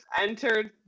entered